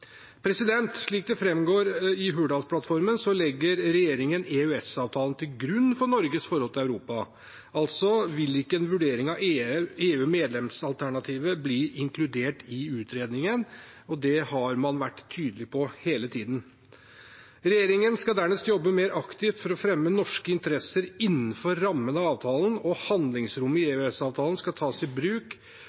Slik det framgår i Hurdalsplattformen, legger regjeringen EØS-avtalen til grunn for Norges forhold til Europa. Altså vil ikke en vurdering av EU-medlemsalternativet bli inkludert i utredningen, det har man vært tydelig på hele tiden. Regjeringen skal dernest jobbe mer aktivt for å fremme norske interesser innenfor rammene av avtalen, og handlingsrom i EØS-avtalen skal tas i bruk